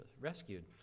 rescued